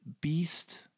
beast